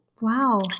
Wow